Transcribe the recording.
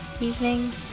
evening